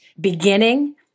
beginning